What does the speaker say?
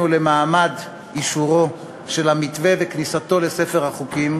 למעמד אישורו של המתווה וכניסתו לספר החוקים,